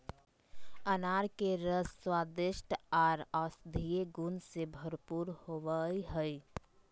अनार के रस स्वादिष्ट आर औषधीय गुण से भरपूर होवई हई